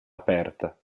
aperta